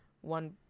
one